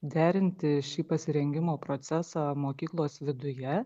derinti šį pasirengimo procesą mokyklos viduje